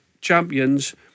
champions